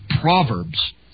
Proverbs